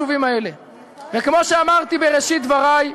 כמו שאמרתי בראשית דברי,